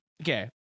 okay